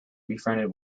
befriended